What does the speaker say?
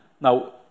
Now